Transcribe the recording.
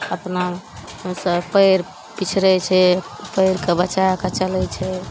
कतनाके तऽ पाएर पिछड़ै छै तऽ पाएरके बचैके चलै छै